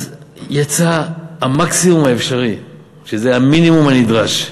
אז יצא המקסימום האפשרי, שזה המינימום הנדרש,